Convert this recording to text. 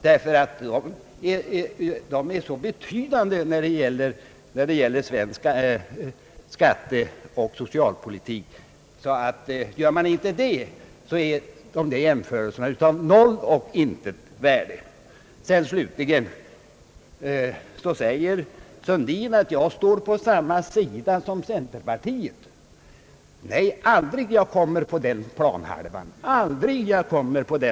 Dessa transfereringar är nämligen av så stor betydelse i svensk skatteoch socialpolitik att om sådan hänsyn inte tas, blir dessa jämförelser av noll och intet värde. Slutligen säger herr Sundin att jag står på samma sida som centerpartiet. Nej, jag kommer aldrig på den planhalvan, oavsett vilken spelarposition jag kommer att få.